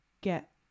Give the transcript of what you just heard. get